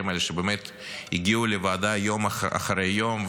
האלה שבאמת הגיעו לוועדה יום אחרי יום,